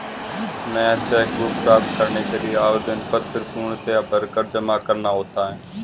नया cheque book प्राप्त करने के लिए आवेदन पत्र पूर्णतया भरकर जमा करना होता है